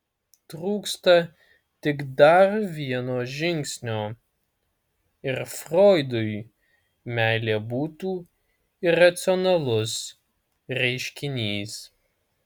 trūksta tik dar vieno žingsnio ir froidui meilė būtų iracionalus reiškinys